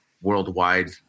worldwide